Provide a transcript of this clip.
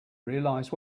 realize